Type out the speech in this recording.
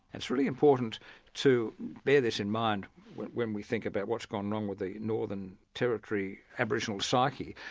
it's really important to bear this in mind when when we think about what's gone wrong with the northern territory aboriginal psyche,